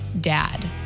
dad